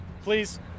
please